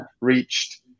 reached